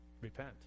repent